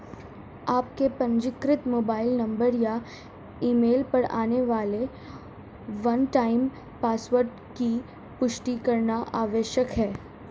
आपके पंजीकृत mobile number या ईमेल पर आने वाले वन टाइम पासवर्ड की पुष्टि करना आवश्यक है